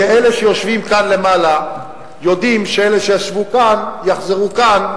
כי אלה שיושבים כאן למעלה יודעים שאלה שישבו כאן יחזרו כאן,